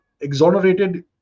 exonerated